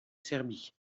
serbie